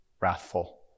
wrathful